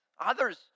Others